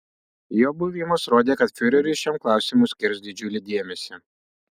jo buvimas rodė kad fiureris šiam klausimui skirs didžiulį dėmesį